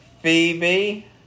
Phoebe